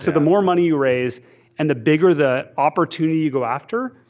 so the more money you raise and the bigger the opportunity you go after,